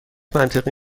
منطقی